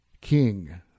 King